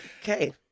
Okay